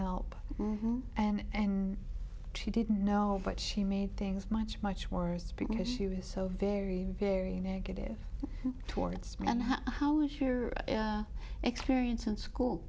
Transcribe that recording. help and she didn't know but she made things much much worse because she was so very very negative towards and how was your experience in school